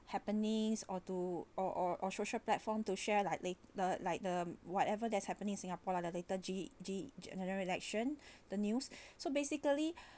happiness or to or or or social platform to share like la~ the like the whatever that's happening in singapore lah later ge~ ge~ general election the news so basically